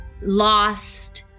lost